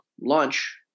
lunch